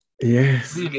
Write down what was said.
Yes